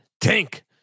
tank